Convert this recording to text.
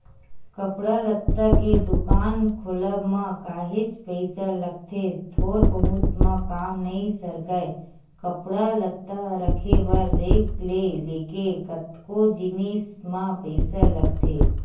कपड़ा लत्ता के दुकान खोलब म काहेच पइसा लगथे थोर बहुत म काम नइ सरकय कपड़ा लत्ता रखे बर रेक ले लेके कतको जिनिस म पइसा लगथे